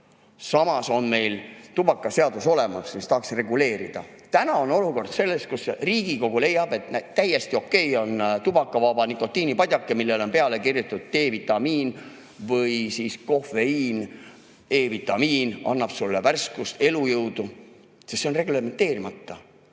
on meil tubakaseadus olemas, mis tahaks reguleerida. Täna on olukord selline, kus Riigikogu leiab, et täiesti okei on tubakavaba nikotiinipadjake, millele on peale kirjutatud D-vitamiin või kofeiin, E-vitamiin, annab sulle värskust, elujõudu. See on reglementeerimata!